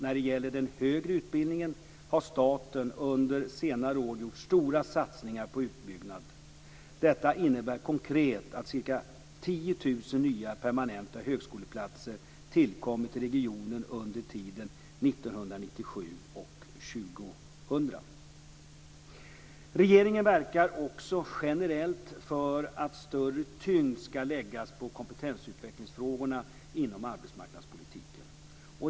När det gäller den högre utbildningen har staten under senare år gjort stora satsningar på en utbyggnad. Detta innebär konkret att ca Regeringen verkar också generellt för att större tyngd skall läggas på kompetensutvecklingsfrågorna inom arbetsmarknadspolitiken.